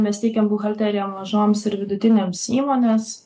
mes teikiam buhalteriją mažoms ir vidutinėms įmonės